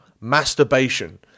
masturbation